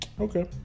Okay